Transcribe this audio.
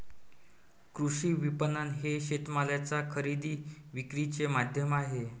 कृषी विपणन हे शेतमालाच्या खरेदी विक्रीचे माध्यम आहे